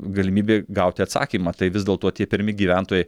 galimybė gauti atsakymą tai vis dėlto tie pirmi gyventojai